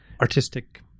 artistic